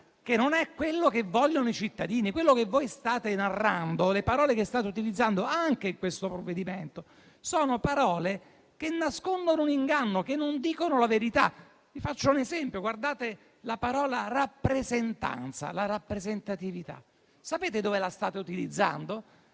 che non è quello che vogliono i cittadini. Quello che voi state narrando, le parole che state utilizzando anche in questo provvedimento nascondono un inganno, non dicono la verità. Vi faccio un esempio: prendete la parola «rappresentatività». Sapete dove la state utilizzando?